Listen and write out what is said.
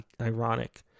ironic